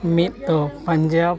ᱢᱤᱫ ᱫᱚ ᱯᱟᱧᱡᱟᱵᱽ